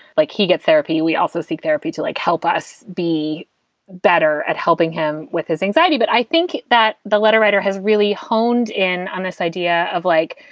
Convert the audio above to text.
like, he get therapy. we also seek therapy to like help us be better at helping him with his anxiety. but i think that the letter writer has really honed in on this idea of like,